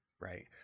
right